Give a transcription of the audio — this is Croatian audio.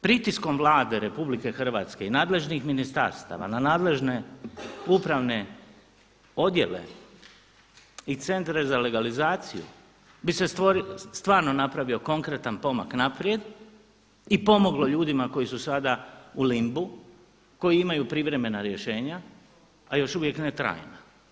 Pritiskom Vlade Republike Hrvatske i nadležnih ministarstava na nadležne upravne odjele i centre za legalizaciju bi se stvarno napravio konkretan pomak naprijed i pomoglo ljudima koji su sada u limbu, koji imaju privremena rješenja ali još uvijek ne trajna.